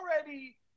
already